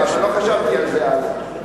לא חשבתי על זה אז.